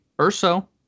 Urso